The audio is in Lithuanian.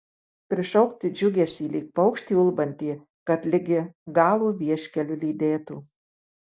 prišaukti džiugesį lyg paukštį ulbantį kad ligi galo vieškeliu lydėtų